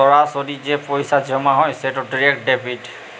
সরাসরি যে পইসা জমা হ্যয় সেট ডিরেক্ট ডেবিট